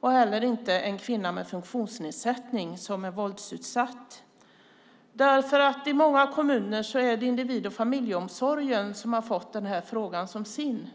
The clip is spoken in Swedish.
och heller inte en kvinna med funktionsnedsättning som är våldsutsatt, därför att i många kommuner är det individ och familjeomsorgen som har fått den här frågan som sin.